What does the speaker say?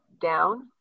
down